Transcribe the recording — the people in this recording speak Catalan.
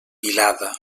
vilada